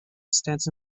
stands